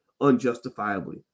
unjustifiably